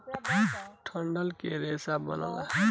डंठल के रेसा बनेला